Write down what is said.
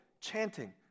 chanting